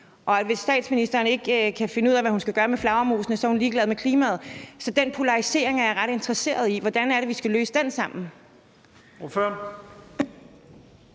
at hvis statsministeren ikke kan finde ud af, hvad hun skal gøre med flagermusene, så er hun ligeglad med klimaet. Så den polarisering er jeg ret interesseret i. Hvordan er det, vi skal løse den sammen?